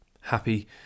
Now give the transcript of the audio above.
Happy